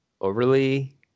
overly